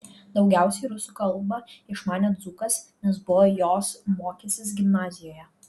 daugiausiai rusų kalbą išmanė dzūkas nes buvo jos mokęsis gimnazijoje